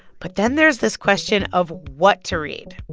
but then there's this question of what to read.